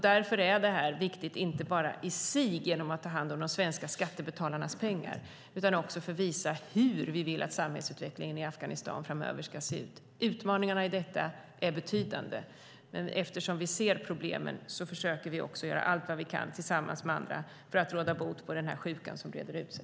Därför är detta viktigt inte bara i sig, för att ta hand om de svenska skattebetalarnas pengar, utan också för att visa hur vi vill att samhällsutvecklingen i Afghanistan framöver ska se ut. Utmaningarna i detta är betydande. Men eftersom vi ser problemen försöker vi också göra allt vad vi kan tillsammans med andra för att råda bot på den sjuka som breder ut sig.